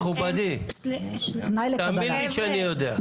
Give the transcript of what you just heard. תאמין לי שאני יודע.